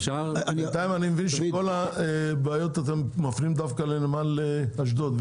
בינתיים אני מבין שאת כל הבעיות אתם מפנים דווקא לנמל אשדוד.